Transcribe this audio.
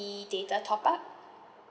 data top up